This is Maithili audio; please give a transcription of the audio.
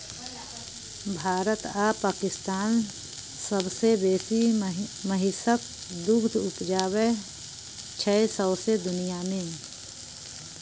भारत आ पाकिस्तान सबसँ बेसी महिषक दुध उपजाबै छै सौंसे दुनियाँ मे